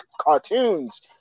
cartoons